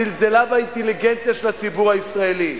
זלזלה באינטליגנציה של הציבור הישראלי.